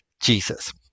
Jesus